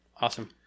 Awesome